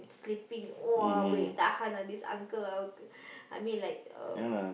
sleeping !wah! buay tahan ah this uncle ah I mean like um